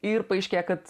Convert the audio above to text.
ir paaiškėja kad